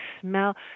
smell